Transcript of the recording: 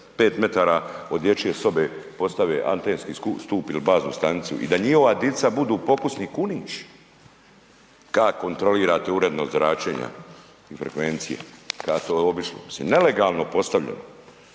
5 m od dječje sobe postave antenski stup ili baznu stanicu i da njihova dica budu pokusni kunići. ka' kontrolirate uredno zračenja i frekvencije, .../Govornik se ne razumije./... nelegalno postavljeno.